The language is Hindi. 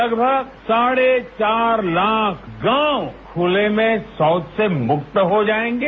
लगभग साढ़े चार लाख गांव खुले में शौच से मुक्त हो जाएंगे